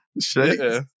Shakes